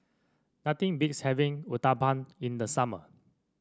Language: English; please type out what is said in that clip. nothing beats having Uthapam in the summer